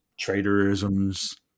traitorisms